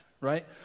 right